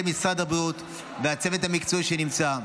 משרד הבריאות והצוות המקצועי שנמצא.